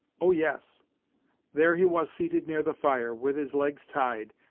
oh, yes there he was seated near the fire, with his legs tied,